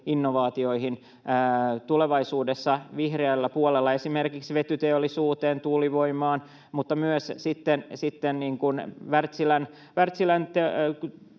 innovaatioihin tulevaisuudessa, vihreällä puolella esimerkiksi vetyteollisuuteen, tuulivoimaan, mutta myös viedään Wärtsilän